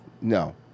No